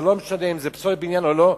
זה לא משנה אם זאת פסולת בניין או לא.